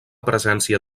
presència